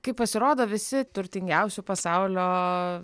kaip pasirodo visi turtingiausių pasaulio